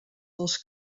dels